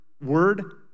word